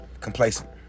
complacent